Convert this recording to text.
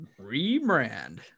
rebrand